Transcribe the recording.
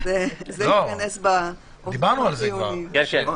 דיברנו על זה כבר.